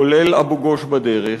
כולל אבו-גוש בדרך.